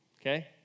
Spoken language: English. Okay